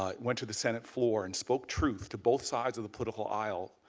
like went to the senate floor and spoke truth to both sides of the political aisle,